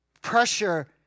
Pressure